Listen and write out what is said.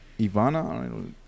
Ivana